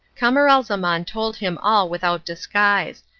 camaralzaman told him all without disguise,